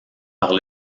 par